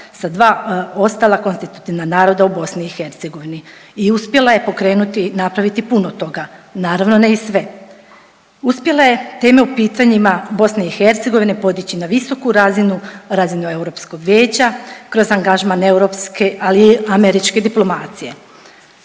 sa dva ostala konstitutivna naroda u BiH i uspjela je pokrenuti napraviti puno toga, naravno ne i sve. Uspjela je teme u pitanjima BiH podići na visoku razinu, razinu Europskog vijeća, kroz angažman europske, ali i američke diplomacije.